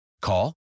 Call